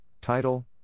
title